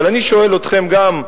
אבל אני שואל אתכם גם,